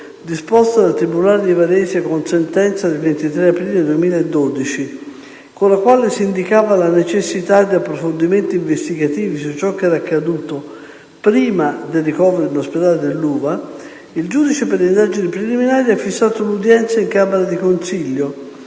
disposta dal tribunale di Varese con sentenza del 23 aprile 2012, con la quale si indicava la necessità di approfondimenti investigativi su quanto era accaduto prima del ricovero in ospedale dell'Uva, il giudice per le indagini preliminari ha fissato l'udienza in camera di consiglio,